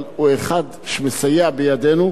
אבל הוא אחד שמסייע בידנו,